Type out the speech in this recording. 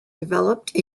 developed